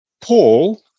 Paul